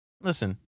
listen